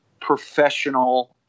professional